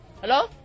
hello